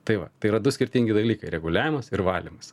tai va tai yra du skirtingi dalykai reguliavimas ir valymas